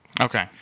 Okay